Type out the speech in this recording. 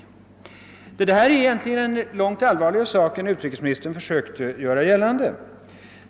Detta är egentligen en långt allvarligare sak än utrikesministern försökte göra gällande.